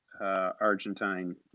Argentine